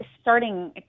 starting